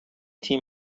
تیم